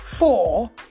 Four